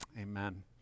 Amen